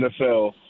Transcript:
NFL